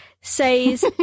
says